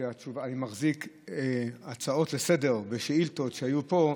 אני מחזיק הצעות לסדר-היום ושאילתות שהיו פה,